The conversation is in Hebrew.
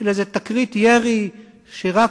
נמצאנו לפחות עד אתמול,